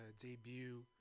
debut